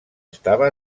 estava